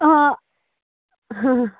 آ آ ہاں